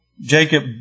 Jacob